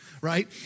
right